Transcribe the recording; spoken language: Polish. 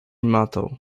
matoł